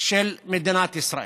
של מדינת ישראל.